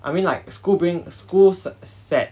I mean like school bring school se~ set